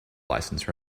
licence